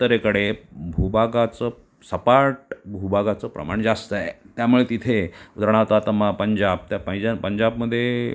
उत्तरेकडे भूभागाचं सपाट भूभागाचं प्रमाण जास्त आहे त्यामुळे तिथे उदाहरणार्थ आता मग पंजाब त्या पंजाबमध्ये